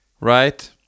right